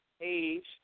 Age